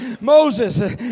Moses